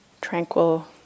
tranquil